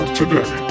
today